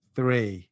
three